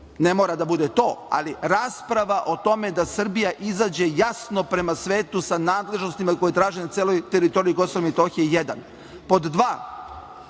Ne mora da bude to, ali rasprava o tome da Srbija izađe jasno prema svetu sa nadležnostima koje traži na celoj teritoriji Kosova i Metohije, jedan. Pod